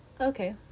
Okay